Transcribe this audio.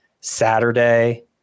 Saturday